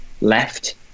left